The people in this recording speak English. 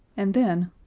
and then